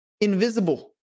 invisible